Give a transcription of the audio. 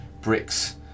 bricks